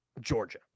georgia